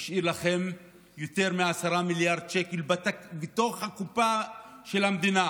הוא השאיר לכם יותר מ-10 מיליארד שקל בתוך הקופה של המדינה